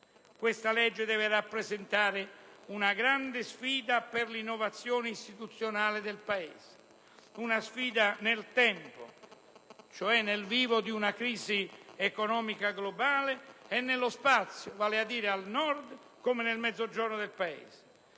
Questa legge deve rappresentare una grande sfida per l'innovazione istituzionale del Paese, una sfida nel tempo, cioè nel vivo di una crisi economica globale, e nello spazio, vale a dire al Nord, come nel Mezzogiorno del Paese.